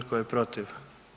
Tko je protiv?